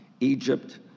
Egypt